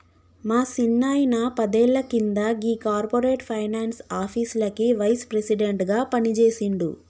మా సిన్నాయిన పదేళ్ల కింద గీ కార్పొరేట్ ఫైనాన్స్ ఆఫీస్లకి వైస్ ప్రెసిడెంట్ గా పనిజేసిండు